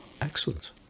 Excellent